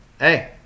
hey